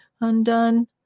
undone